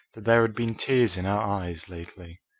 that there had been tears in her eyes lately.